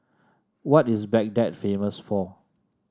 what is Baghdad famous for